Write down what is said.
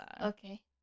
Okay